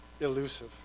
elusive